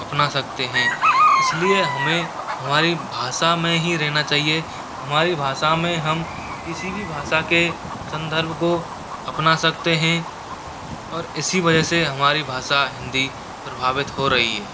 अपना सकते हैं इस लिए हमें हमारी भाषा में ही रहना चाहिए हमारी भाषा में हम किसी भी भाषा के संदर्भ को अपना सकते हैं और इसी वजह से हमारी भाषा हिंदी प्रभावित हो रही है